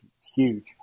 huge